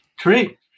three